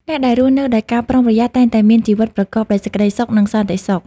អ្នកដែលរស់នៅដោយការប្រុងប្រយ័ត្ន តែងតែមានជីវិតប្រកបដោយសេចក្ដីសុខ និងសន្តិសុខ។